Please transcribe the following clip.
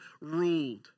ruled